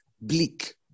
bleak